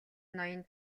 ноён